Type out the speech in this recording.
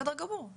בסדר גמור,